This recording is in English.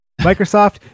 Microsoft